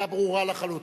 השאלה ברורה לחלוטין.